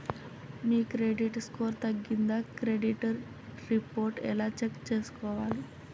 మీ credit score తగ్గిందా credit report ఎలా check చేసుకోవాలి?